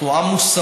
אנחנו עם מוסרי.